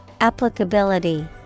Applicability